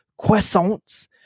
croissants